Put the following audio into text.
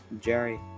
jerry